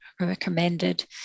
recommended